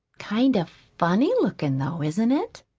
kind of funny-looking, though, isn't it?